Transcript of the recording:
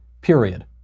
period